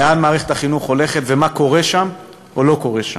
לאן מערכת החינוך הולכת ומה קורה שם או לא קורה שם.